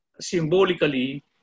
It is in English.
symbolically